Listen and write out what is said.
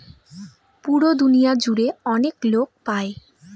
পুরো দুনিয়া জুড়ে অনেক লোক পাই